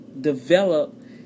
develop